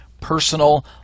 personal